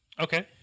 Okay